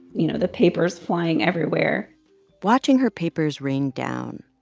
you know, the papers flying everywhere watching her papers rain down,